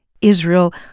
Israel